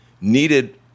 needed